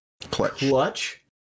clutch